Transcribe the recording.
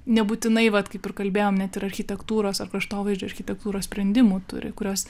nebūtinai vat kaip ir kalbėjom ne tik architektūros ar kraštovaizdžio architektūros sprendimų turi kurios